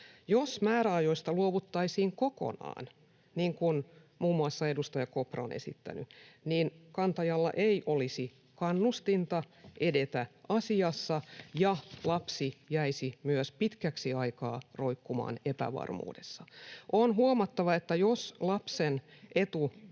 Jos määräajoista luovuttaisiin kokonaan — niin kuin muun muassa edustaja Kopra on esittänyt — kantajalla ei olisi kannustinta edetä asiassa ja lapsi jäisi myös pitkäksi aikaa roikkumaan epävarmuudessa. On huomattava, että jos lapsen etu